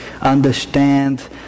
understand